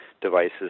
devices